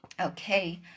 Okay